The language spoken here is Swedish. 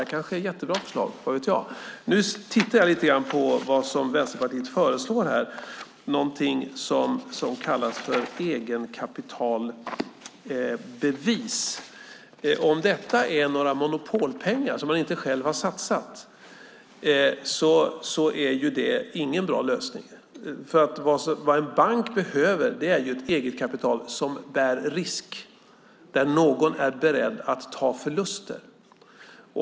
Det kanske är ett jättebra förslag, vad vet jag. Jag tittade lite grann på vad Vänsterpartiet föreslår här. Det är någonting som kallas egenkapitalbevis. Om detta är några Monopolpengar som man inte själv har satsat är det ingen bra lösning. Vad en bank behöver är eget kapital som bär risk och där någon är beredd att ta förluster.